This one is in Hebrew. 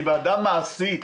היא ועדה מעשית,